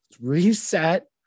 Reset